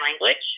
language